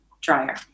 dryer